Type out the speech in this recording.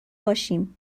باشیم